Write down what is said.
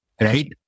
right